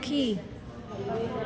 पखी